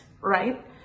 right